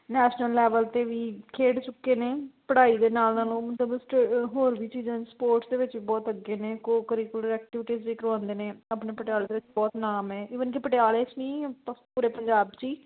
national level 'ਤੇ ਵੀ ਖੇਡ ਚੁੱਕੇ ਨੇ ਪੜ੍ਹਾਈ ਦੇ ਨਾਲ ਨਾਲ ਉਹ ਸਟ ਮਤਲਬ ਹੋਰ ਵੀ ਚੀਜ਼ਾਂ ਸਪੋਰਟਸ ਦੇ ਵਿੱਚ ਬਹੁਤ ਅੱਗੇ ਨੇ ਕੋਕਰੀਕੁਲਮ ਐਕਟਿਵੀਜ਼ ਵੀ ਕਰਵਾਉਂਦੇ ਨੇ ਆਪਣੇ ਪਟਿਆਲੇ ਦੇ ਵਿੱਚ ਬਹੁਤ ਨਾਮ ਹੈ ਇਵਨ ਕਿ ਪਟਿਆਲੇ 'ਚ ਨਹੀਂ ਪੂਰੇ ਪੰਜਾਬ 'ਚ ਹੀ